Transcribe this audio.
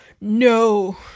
no